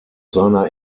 seiner